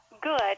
good